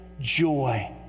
joy